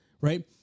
right